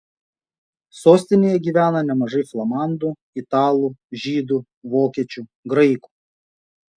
sostinėje gyvena nemažai flamandų italų žydų vokiečių graikų